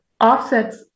offsets